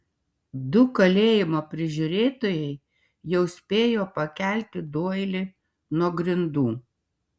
du kalėjimo prižiūrėtojai jau spėjo pakelti doilį nuo grindų